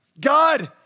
God